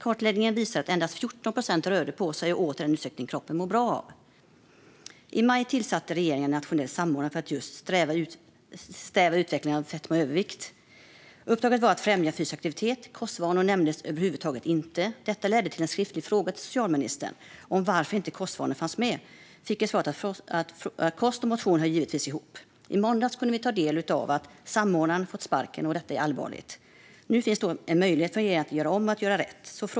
Kartläggningen visade att endast 14 procent rörde på sig och åt i den utsträckning kroppen mår bra av. I maj tillsatte regeringen en nationell samordnare för att just stävja utvecklingen av fetma och övervikt. Uppdraget var att främja fysisk aktivitet. Kostvanor nämndes över huvud taget inte. Detta ledde till en skriftlig fråga till socialministern om varför inte kostvanor fanns med. Jag fick svaret att kost och motion givetvis hör ihop. I måndags kunde vi ta del av nyheten att samordnaren fått sparken. Detta är allvarligt. Nu finns en möjlighet för regeringen att göra om och göra rätt.